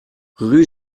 rue